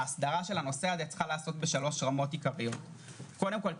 ההסדרה של הנושא הזה צריכה להיעשות בשלוש רמות עיקריות קודם כל,